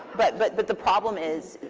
but but but the problem is